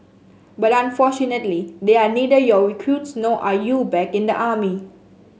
but unfortunately they are neither your recruits nor are you back in the army